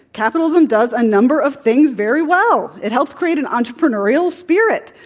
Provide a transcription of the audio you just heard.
capitalism does a number of things very well. it helps create an entrepreneurial spirit.